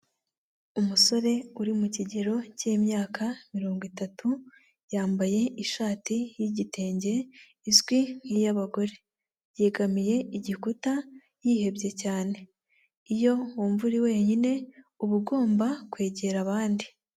Umusore uri mu kigero cy'imyaka mirongo itatu yambaye ishati y'igitenge izwi nk'iy'abagore, yegamiye igikuta yihebye cyane, iyo wumva uri wenyine uba ugomba kwegera abandi.